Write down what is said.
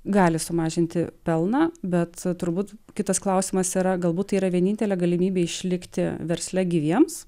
gali sumažinti pelną bet turbūt kitas klausimas yra galbūt yra vienintelė galimybė išlikti versle gyviems